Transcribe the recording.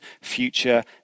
future